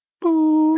Boo